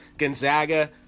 gonzaga